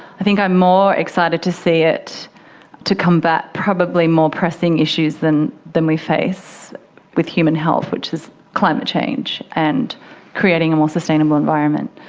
i think i'm more excited to see it to combat probably more pressing issues than than we face with human health, which is climate change and creating a more sustainable environment.